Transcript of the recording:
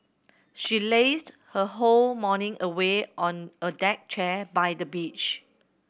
she lazed her whole morning away on a deck chair by the beach